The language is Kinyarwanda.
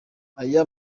aya